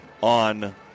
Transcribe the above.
on